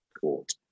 court